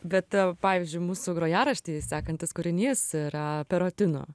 bet pavyzdžiui mūsų grojaraštyje sekantis kūrinys yra perotino